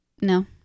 no